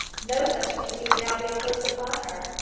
no such duty would now be imposed upon her,